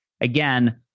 again